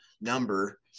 number